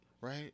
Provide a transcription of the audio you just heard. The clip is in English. right